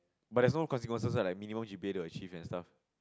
but there's no consequences right like minimum G_P_A to achieve and stuff